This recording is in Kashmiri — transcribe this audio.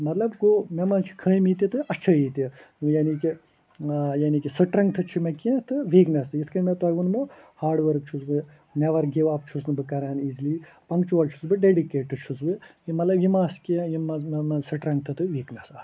مطلب گوٚو مےٚ منٛز چھِ خٲمی تہِ تہٕ اچھٲیی تہِ یعنی کہِ یعنی کہِ سِٹرنٛگتھٕ چھِ مےٚ کیٚنٛہہ تہٕ ویٖکنٮ۪س تہٕ یِتھ کٔنۍ مےٚ تۄہہِ وُنمو ہاڈ ؤرک چھُس بہٕ نٮ۪ور گِو اپ چھُس نہٕ بہٕ کَران ایٖزلی پنٛگچُول چھُس بہٕ ڈٮ۪ڈِکیٹ تہِ چھُس بہٕ مطلب یِم آسہِ کیٚنٛہہ یِم منٛز مےٚ منٛز سٹرنٛگتھٕ تہٕ ویٖکنٮ۪س اَ